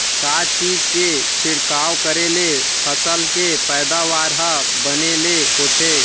का चीज के छिड़काव करें ले फसल के पैदावार ह बने ले होथे?